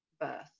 birth